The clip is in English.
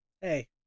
Hey